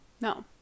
No